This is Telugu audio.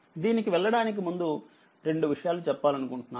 దీనికి వెళ్ళటానికి ముందు రెండువిషయాలు చెప్పాలనుకుంటున్నాను